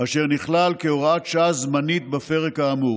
אשר נכלל כהוראת שעה זמנית בפרק כאמור.